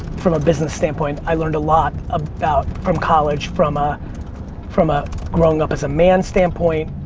from a business standpoint. i learned a lot about from college from ah from a growing-up-as-a-man standpoint,